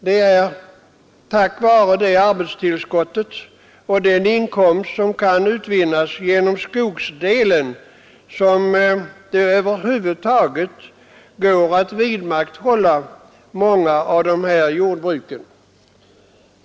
Det är tack vara det arbetstillskottet och den inkomst som kan utvinnas inom skogsdelen som det över huvud taget går att vidmakthålla många av de här jordbruken.